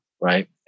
right